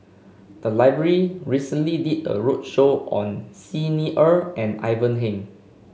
the library recently did a roadshow on Xi Ni Er and Ivan Heng